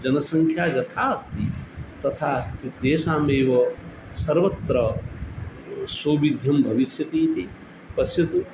जनसङ्ख्या यथा अस्ति तथा तेषामेव सर्वत्र सौविध्यं भविष्यति इति पश्यतु